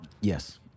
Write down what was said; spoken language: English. Yes